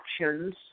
actions